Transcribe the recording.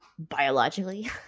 Biologically